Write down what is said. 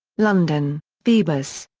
london phoebus.